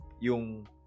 yung